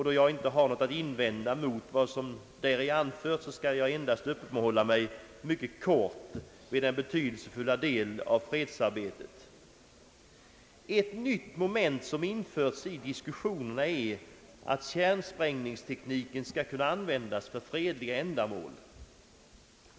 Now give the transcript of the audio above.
Då jag inte har något att invända mot vad däri anförts, skall jag endast uppehålla mig mycket kort vid denna betydelsefulla del av fredsarbetet. Ett nytt moment som nu införts i diskussionerna är att kärnsprängningstekniken skall kunna användas för fredliga ändamål.